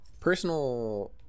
Personal